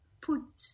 put